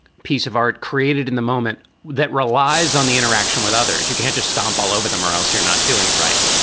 piece of art created in the moment that relies on the interaction with others. you can't just stomp all over them or else you're not doing it right.